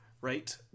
Right